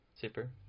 Super